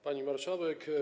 Pani Marszałek!